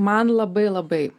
man labai labai